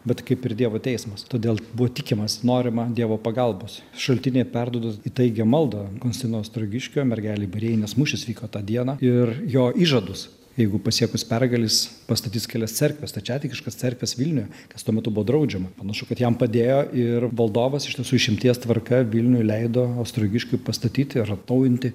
bet kaip ir dievo teismas todėl buvo tikimas norima dievo pagalbos šaltiniai perduoda įtaigią maldą konstantino ostrogiškio mergelei marijai nes mūšis vyko tą dieną ir jo įžadus jeigu pasiekus pergalę jis pastatys kelias cerkves stačiatikiškas cerkves vilniuje kas tuo metu buvo draudžiama panašu kad jam padėjo ir valdovas iš tiesų išimties tvarka vilniuj leido ostrogiškiui pastatyti ar atnaujinti